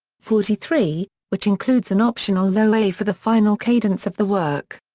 forty three, which includes an optional low a for the final cadence of the work.